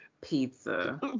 Pizza